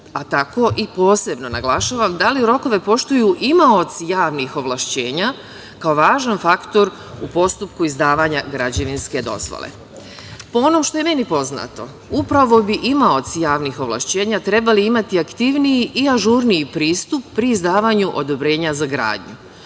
a tako i posebno naglašavam da li rokove poštuju imaoci javnih ovlašćenja kao važan faktor u postupku izdavanja građevinske dozvole. Po onom što je meni poznato, upravo bi imaoci javnih ovlašćenja trebali imati aktivniji i ažurniji pristup pri izdavanju odobrenja za gradnju.